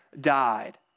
died